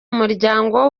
muryango